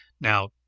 Now